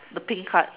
the pink card